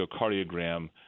echocardiogram